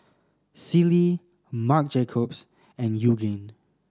Sealy Marc Jacobs and Yoogane